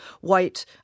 white